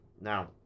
Now